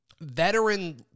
veteran